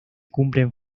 cumplen